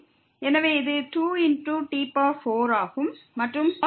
எனவே இது 2t4 ஆகும்